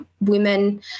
women